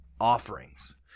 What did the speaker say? Offerings